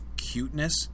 cuteness